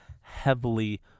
heavily